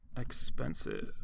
Expensive